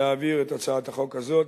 להעביר את הצעת החוק הזאת